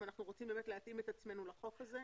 אם אנחנו רוצים באמת להתאים את עצמנו לחוק הזה.